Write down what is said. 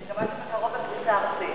אני מקווה שבקרוב בפריסה ארצית.